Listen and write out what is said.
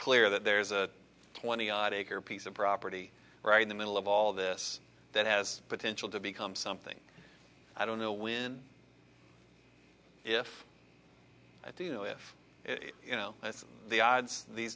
clear that there's a twenty odd acre piece of property right in the middle of all this that has potential to become something i don't know when if i do you know if you know the odds these